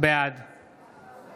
בעד